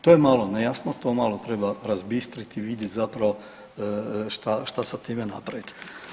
To je malo nejasno, to malo treba razbistriti i vidjeti zapravo šta, šta sa time napraviti.